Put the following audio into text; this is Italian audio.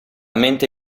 mente